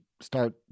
start